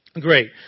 Great